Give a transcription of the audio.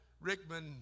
Rickman